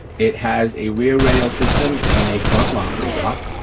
it has a real rail system and a front locking block.